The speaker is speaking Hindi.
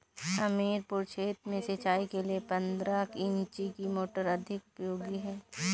हमीरपुर क्षेत्र में सिंचाई के लिए पंद्रह इंची की मोटर अधिक उपयोगी है?